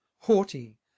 haughty